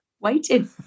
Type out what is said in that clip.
waiting